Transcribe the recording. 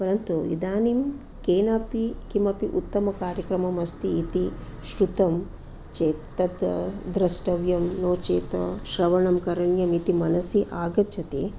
परन्तु इदानीं केनापि किमपि उत्तमकार्यक्रममस्ति इति श्रुतं चेत् तद् द्रष्टव्यं नो चेत् श्रवणं करणीयमिति मनसि आगच्छति